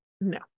No